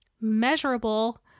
measurable